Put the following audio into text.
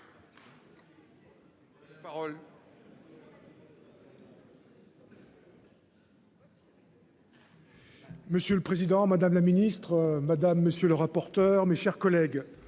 monsieur le Président Madame la Ministre Mesdames messieurs les rapporteurs, mes chers collègues.